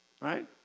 Right